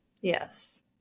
Yes